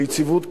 ליציבות כיסאו,